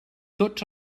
tots